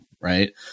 right